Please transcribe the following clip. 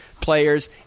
players